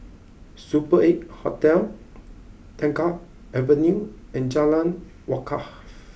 super eight Hotel Tengah Avenue and Jalan Wakaff